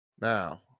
Now